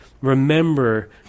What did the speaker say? remember